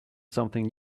something